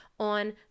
on